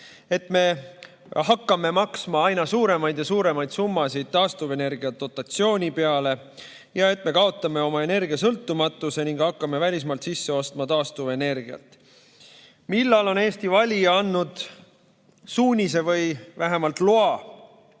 et me hakkame maksma aina suuremaid ja suuremaid summasid taastuvenergia dotatsiooniks ja et me kaotame oma energiasõltumatuse ning hakkame välismaalt sisse ostma taastuvenergiat? Millal on Eesti valija andnud suunise või vähemalt loa